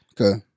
Okay